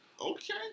okay